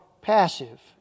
passive